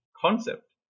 concept